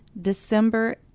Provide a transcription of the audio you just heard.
December